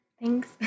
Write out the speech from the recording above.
Thanks